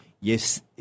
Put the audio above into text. Yes